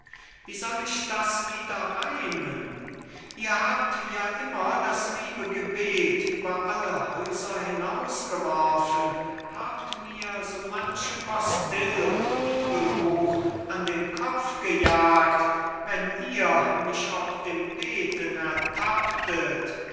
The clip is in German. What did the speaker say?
wie soll ich das wieder reimen ihr habt ja immer das liebe gebet über alle häuser hinausgeworfen habt mir so manche postill und bibelbuch an den kopf gejagt wenn ihr mich ob dem beten ertapptet